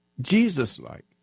Jesus-like